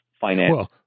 finance